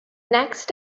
next